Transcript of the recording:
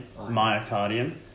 myocardium